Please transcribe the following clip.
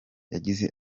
yagize